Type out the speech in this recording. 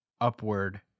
upward